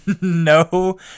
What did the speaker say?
no